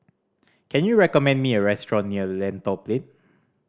can you recommend me a restaurant near Lentor Plain